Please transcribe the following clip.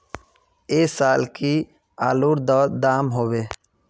ऐ साल की आलूर र दाम होबे?